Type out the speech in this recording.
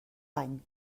bany